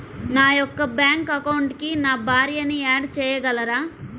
నా యొక్క బ్యాంక్ అకౌంట్కి నా భార్యని యాడ్ చేయగలరా?